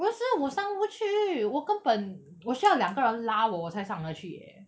不是我上不去我根本我需要两个人拉我我才上的去 eh